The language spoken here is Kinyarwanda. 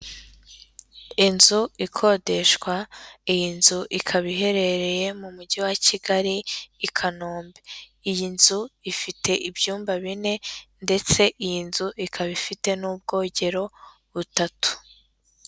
Inzu ikodeshwa, iyi nzu ikaba iherereye mu mujyi wa Kigali i Kanombe, iyi nzu ifite ibyumba bine ndetse iyi nzu ikaba ifite n'ubwogero butatu.